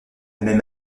même